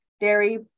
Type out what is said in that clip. dairy